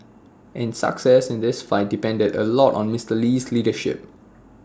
and success in this fight depended A lot on Mister Lee's leadership